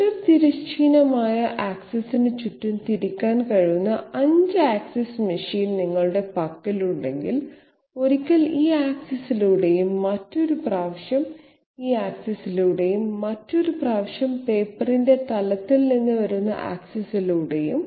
cutter തിരശ്ചീനമായ ആക്സിസിന് ചുറ്റും തിരിക്കാൻ കഴിയുന്ന 5 ആക്സിസ് മെഷീൻ നിങ്ങളുടെ പക്കലുണ്ടെങ്കിൽ ഒരിക്കൽ ഈ ആക്സിസിലൂടെയും മറ്റൊരു പ്രാവശ്യം ഈ ആക്സിസിലൂടെയും മറ്റൊരു പ്രാവശ്യം പേപ്പറിന്റെ തലത്തിൽ നിന്ന് വരുന്ന ആക്സിസിലൂടെയും